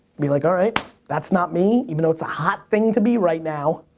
be like alright that's not me, even though it's a hot thing to be right now,